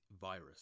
virus